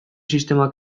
sistema